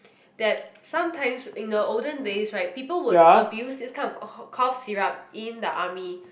that sometimes in the olden days right people would abuse this kind cough syrup in the army